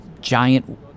giant